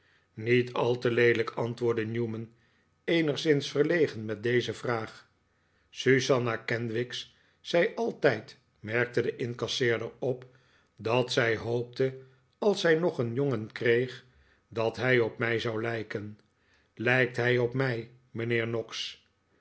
niet al te leelijk antwoordde newman eenigszins verlegen met deze vraag susanna ken wigs zei altijd merkte de incasseerder op dat zij hoopte als zij nog een jongen kreeg dat hij op mij zou lijken lijkt hij op mij mijnheer noggs